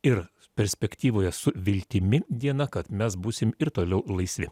ir perspektyvoje su viltimi diena kad mes būsim ir toliau laisvi